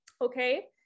okay